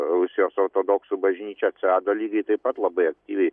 rusijos ortodoksų bažnyčia atsirado lygiai taip pat labai aktyviai